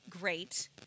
great